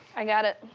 i got it.